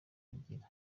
bigira